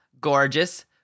gorgeous